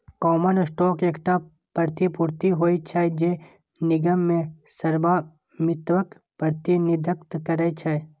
common stock एकटा प्रतिभूति होइ छै, जे निगम मे स्वामित्वक प्रतिनिधित्व करै छै